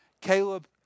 Caleb